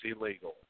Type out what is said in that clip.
illegal